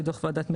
מדוח ועדת מלמד,